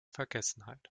vergessenheit